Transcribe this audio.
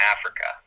Africa